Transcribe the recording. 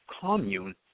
commune